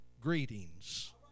Greetings